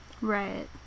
Right